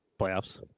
playoffs